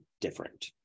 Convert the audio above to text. different